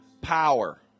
power